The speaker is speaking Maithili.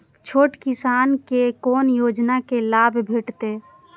छोट किसान के कोना योजना के लाभ भेटते?